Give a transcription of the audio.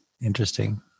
Interesting